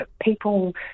people